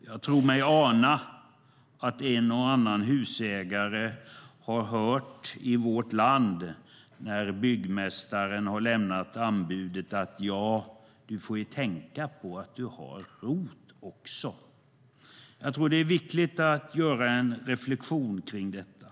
Jag tror mig ana att en och annan husägare efter anbudet har hört byggmästaren säga: Du får ju tänka på att du också kan göra ROT-avdrag. Det är viktigt att göra en reflexion kring detta.